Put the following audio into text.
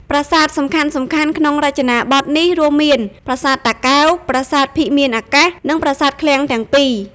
ប្រាសាទសំខាន់ៗក្នុងរចនាបថនេះរួមមាន ប្រាសាទតាកែវ ប្រាសាទភិមានអាកាស និងប្រាសាទឃ្លាំងទាំងពីរ។